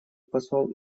посол